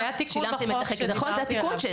--- זה התיקון בחוק שדיברתי אליו.